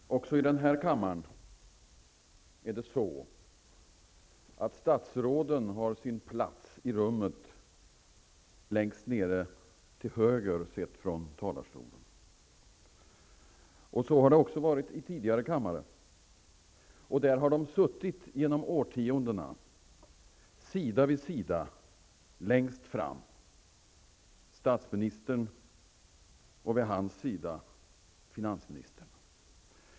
Herr talman! Även i den här kammaren har statsråden sin plats i rummet längst nere till höger sett från talarstolen. Så har det varit i tidigare kammare. Där har de suttit genom årtiondena sida vid sida, längst fram, statsministern och vid hans sida finansministern.